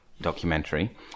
documentary